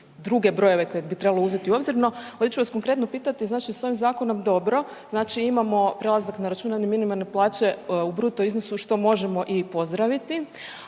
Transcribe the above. druge brojeve koje bi trebalo uzeti u obzir, no, ovdje ću vas konkretno pitati, znači s ovim Zakonom, dobro, znači imamo prelazak na računanje minimalne plaće u bruto iznosu, što možemo i pozdraviti,